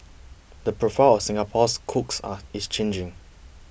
the profile of Singapore's cooks are is changing